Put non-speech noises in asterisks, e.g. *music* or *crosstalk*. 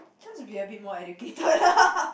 just be a bit more educated *laughs*